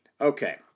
Okay